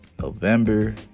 November